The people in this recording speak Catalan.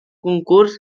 concurs